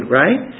right